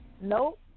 Nope